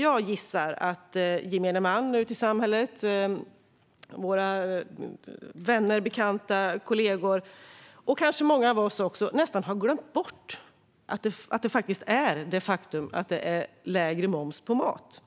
Jag gissar att gemene man i samhället - våra vänner, bekanta, kollegor och kanske många av oss också - nästan har glömt bort det faktum att det är lägre moms på mat.